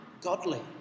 Godly